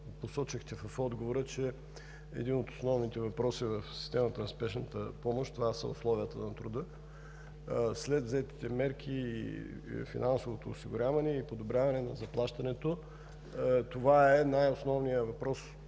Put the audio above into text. посочихте в него, че едни от основните въпроси в системата на спешната помощ са условията на труда. След взетите мерки – финансовото осигуряване и подобряване на заплащането, това е най-основният въпрос,